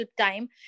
time